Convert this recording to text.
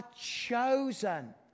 chosen